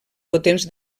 potents